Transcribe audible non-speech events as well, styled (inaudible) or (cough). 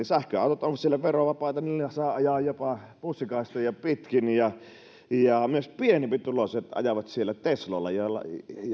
(unintelligible) sähköautot ovat siellä verovapaita niillä saa ajaa jopa bussikaistoja pitkin ja myös pienempituloiset ajavat siellä tesloilla joihin